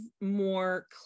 more